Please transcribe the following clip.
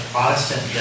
Protestant